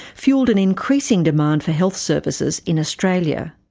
fuelled an increasing demand for health services in australia.